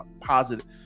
positive